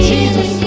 Jesus